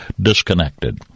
disconnected